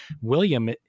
William